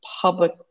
public